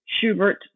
Schubert